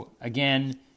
again